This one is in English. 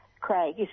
Craig